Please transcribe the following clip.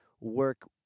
work